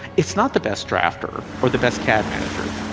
it's not the best drafter or the best cad manager.